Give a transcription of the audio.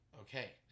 okay